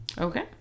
Okay